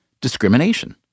discrimination